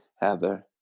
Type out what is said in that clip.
Heather